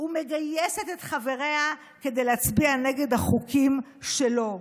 ומגייסת את חבריה כדי להצביע נגד החוקים שלו.